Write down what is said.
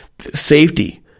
Safety